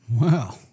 Wow